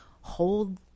hold